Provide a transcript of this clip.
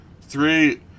Three